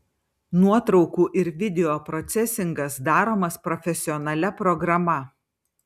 nuotraukų ir video procesingas daromas profesionalia programa